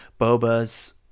Boba's